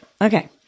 Okay